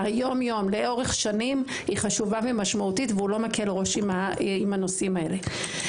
יום-יום לאורך שנם היא חשובה ומשמועתית ולא מקל ראש בנושאים הללו.